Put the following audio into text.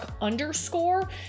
underscore